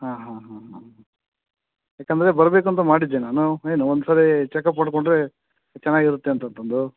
ಹಾಂ ಹಾಂ ಹಾಂ ಹಾಂ ಯಾಕಂದರೆ ಬರಬೇಕು ಅಂತ ಮಾಡಿದ್ದೆ ನಾನು ಏನು ಒಂದು ಸರೀ ಚೆಕಪ್ ಮಾಡಿಕೊಂಡ್ರೆ ಚೆನ್ನಾಗಿರುತ್ತೆ ಅಂತಂತಂದು